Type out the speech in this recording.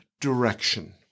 direction